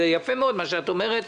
יפה מאוד מה שאת אומרת.